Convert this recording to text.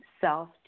self